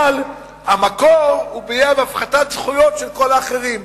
אבל המקור הוא הפחתת זכויות של כל האחרים.